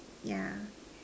yeah